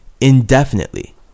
indefinitely